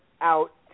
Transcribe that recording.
out